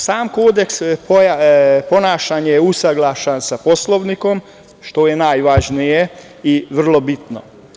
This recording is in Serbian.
Sam kodeks ponašanja je usaglašen sa Poslovnikom, što je najvažnije i vrlo bitno.